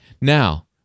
Now